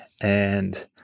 and-